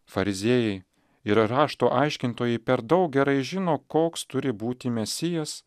fariziejai ir rašto aiškintojai per daug gerai žino koks turi būti mesijas